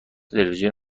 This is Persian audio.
تلویزیون